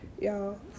y'all